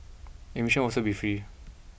admission will also be free